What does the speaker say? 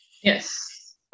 Yes